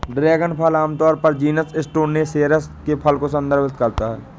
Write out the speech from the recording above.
dragon फल आमतौर पर जीनस स्टेनोसेरेस के फल को संदर्भित करता है